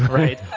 right?